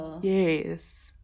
Yes